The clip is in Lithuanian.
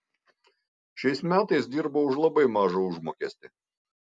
šiais metais dirbau už labai mažą užmokestį